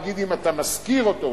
נגיד אם אתה משכיר אותו,